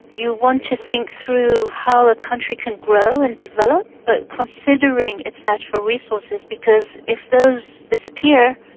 you want to think through how a country can grow and develop, but considering its natural resources because if those disappear,